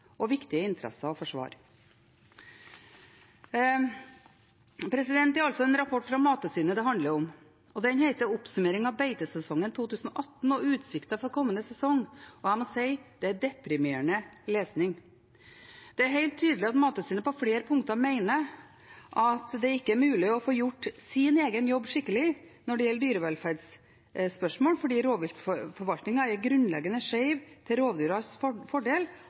og viktige interesser å forsvare. Det er altså en rapport fra Mattilsynet det handler om. Den heter «Oppsummering av beitesesongen 2018 og utsikter for komande beitesesong». Jeg må si det er deprimerende lesning. Det er helt tydelig at Mattilsynet på flere punkter mener det ikke er mulig å få gjort egen jobb skikkelig når det gjelder dyrevelferdsspørsmål, fordi rovviltforvaltningen er grunnleggende skjev til rovdyrenes fordel, og at den todelte målsettingen ikke respekteres. For